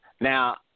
Now